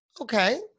Okay